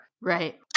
Right